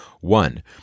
One